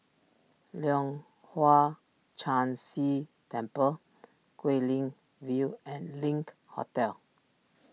Leong Hwa Chan Si Temple Guilin View and Link Hotel